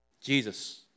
Jesus